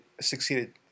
succeeded